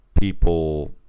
people